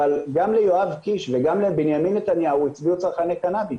אבל גם ליואב קיש וגם לבנימין נתניהו הצביעו צרכני קנאביס,